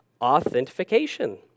authentication